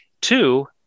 Two